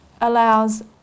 allows